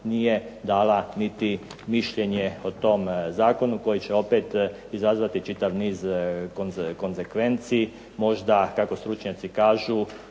nije dala niti mišljenje o tom zakonu koje će opet izazvati niz konzekvenci. Možda kako stručnjaci kažu